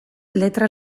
letra